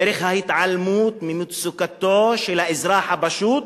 דרך ההתעלמות ממצוקתו של האזרח הפשוט,